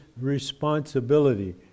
responsibility